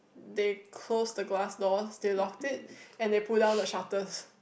they closed the glass door they locked it and they pull down the shutters